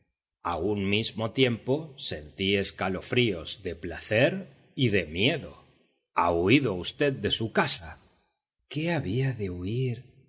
a un mismo tiempo sentí escalofríos de placer y de miedo ha huido v de su casa qué había de huir